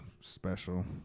special